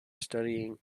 studying